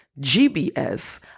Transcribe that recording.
GBS